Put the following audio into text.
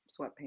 sweatpants